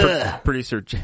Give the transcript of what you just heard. Producer